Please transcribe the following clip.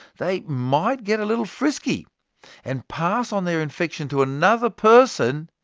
they might get a little frisky and pass on their infection to another person,